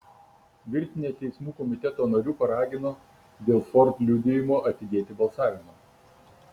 virtinė teismų komiteto narių paragino dėl ford liudijimo atidėti balsavimą